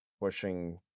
pushing